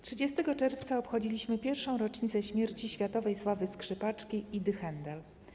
30 czerwca obchodziliśmy pierwszą rocznicę śmierci światowej sławy skrzypaczki Idy Haendel.